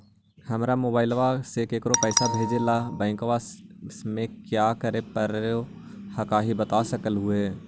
हमरा मोबाइलवा से केकरो पैसा भेजे ला की बैंकवा में क्या करे परो हकाई बता सकलुहा?